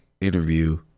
interview